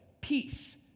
peace